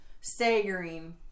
staggering